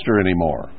anymore